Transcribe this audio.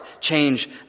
change